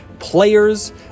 players